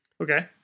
Okay